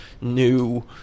new